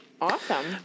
Awesome